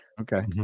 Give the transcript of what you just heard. Okay